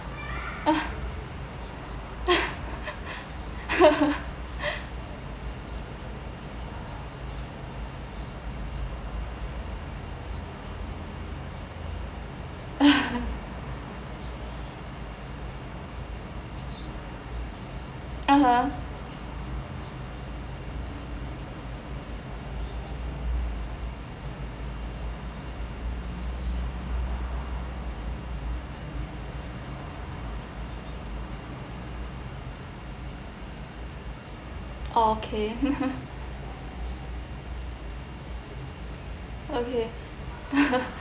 (uh huh) okay okay